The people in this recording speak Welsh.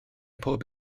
pob